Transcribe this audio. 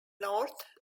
north